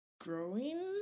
growing